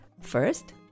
First